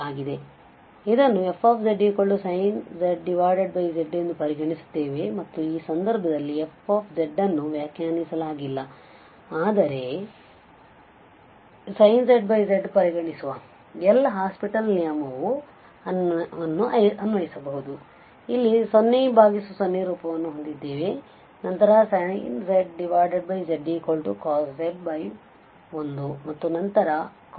ಆದ್ದರಿಂದ ಇದನ್ನು fz sin z z ಎಂದು ಪರಿಗಣಿಸುತ್ತೇವೆ ಮತ್ತು ಈ ಸಂದರ್ಭದಲ್ಲಿ ಈ fಅನ್ನು ವ್ಯಾಖ್ಯಾನಿಸಲಾಗಿಲ್ಲ ಆದರೆ sin z z ಪರಿಗಣಿಸುವ ಆದ್ದರಿಂದ L ಹಾಸ್ಪಿಟಲ್ ನಿಯಮವುLHospital rule ಅನ್ವಯಿಸಬಹುದು ಆದ್ದರಿಂದ ಇಲ್ಲಿ 00 ರೂಪ ಅನ್ನು ಹೊಂದಿದ್ದೇವೆ ಮತ್ತು ನಂತರ sin z z cos z 1 ಮತ್ತು ನಂತರ ನಮಗೆ cos 0 1 ತಿಳಿದಿದೆ